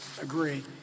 agree